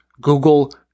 Google